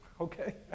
okay